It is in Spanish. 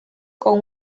con